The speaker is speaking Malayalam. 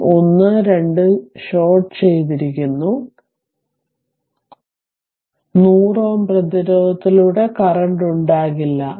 ഈ 1 2 ഷോർട്ട് ചെയ്തിരിക്കുന്നു 100 Ω പ്രതിരോധത്തിലൂടെ കറന്റും ഉണ്ടാകില്ല